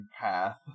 path